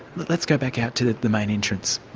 but let's go back out to the the main entrance.